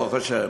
ברוך השם.